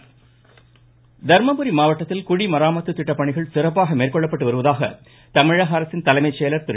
சண்முகம் தர்மபுரி மாவட்டத்தில் குடிமராமத்து திட்டப்பணிகள் சிறப்பாக மேற்கொள்ளப்பட்டு வருவதாக தமிழக அரசின் தலைமை செயல் திரு